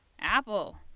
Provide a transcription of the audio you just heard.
Apple